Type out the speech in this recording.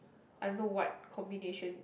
I don't know what combination